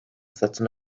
satın